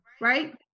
right